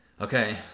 Okay